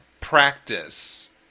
practice